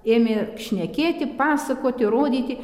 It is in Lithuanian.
ėmė šnekėti pasakoti rodyti